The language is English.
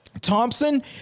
Thompson